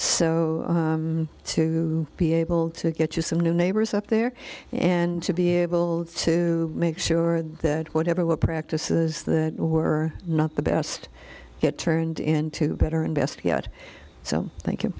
so to be able to get you some new neighbors up there and to be able to make sure that whatever what practices that were not the best get turned into better and best yet so thank